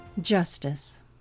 Justice